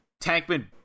Tankman